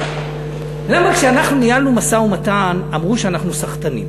למה כשאנחנו ניהלנו משא-ומתן אמרו שאנחנו סחטנים?